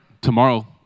Tomorrow